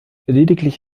lediglich